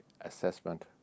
Assessment